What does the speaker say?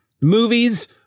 movies